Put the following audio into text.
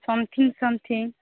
something something